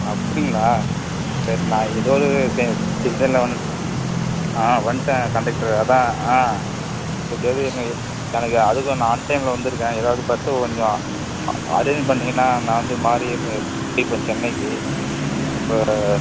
அப்படிங்களா சரி நான் ஏதோ ஒரு சிந்தனையில் வந்துவிட்டேன் வந்துட்டேன் கண்டெக்ட்ரு அதான் எப்டியாவது எனக்கு எனக்கு அதுவும் நான் அன்டைமில் வந்திருக்கேன் ஏதாவது பஸ்ஸை கொஞ்சம் அரேஞ்ச் பண்ணீங்கனா நான் வந்து மாறி போய்ப்பேன் சென்னைக்கு இப்போ